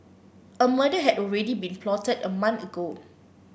a murder had already been plotted a month ago